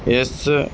ਇਸ